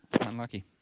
Unlucky